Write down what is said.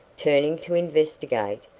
turning to investigate,